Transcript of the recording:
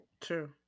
True